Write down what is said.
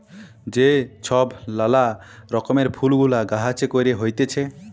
যে ছব লালা রকমের ফুল গুলা গাহাছে ক্যইরে হ্যইতেছে